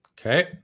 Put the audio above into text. Okay